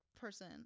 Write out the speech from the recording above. person